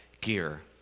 gear